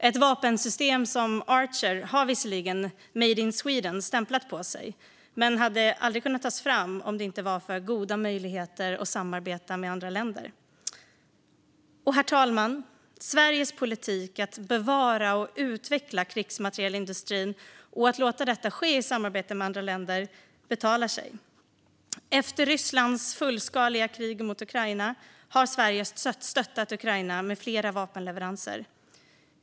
Ett vapensystem som Archer har visserligen "Made in Sweden" stämplat på sig men hade aldrig kunnat tas fram om det inte varit för goda möjligheter att samarbeta med andra länder. Herr talman! Sveriges politik att bevara och utveckla krigsmaterielindustrin och att låta detta ske i samarbete med andra länder betalar sig. Efter inledningen av Rysslands fullskaliga krig mot Ukraina har Sverige stöttat Ukraina med flera vapenleveranser.